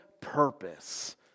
purpose